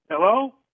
Hello